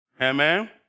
Amen